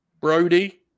Brody